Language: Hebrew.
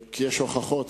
(תיקוני חקיקה ליישום התוכנית הכלכלית לשנים 2009 ו-2010),